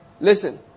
Listen